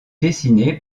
dessinée